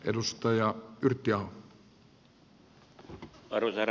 arvoisa herra puhemies